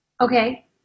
Okay